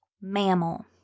mammal